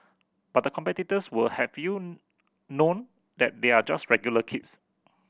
but the competitors will have you know that they are just regular kids